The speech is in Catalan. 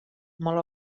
mot